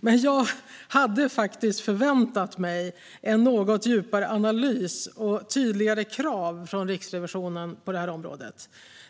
Men jag hade faktiskt förväntat mig en något djupare analys och tydligare krav från Riksrevisionen på det här området.